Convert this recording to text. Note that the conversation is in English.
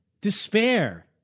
despair